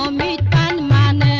made an